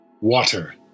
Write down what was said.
Water